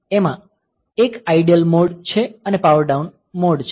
આમાં એક idle mode અને પાવર ડાઉન મોડ છે